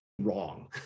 Wrong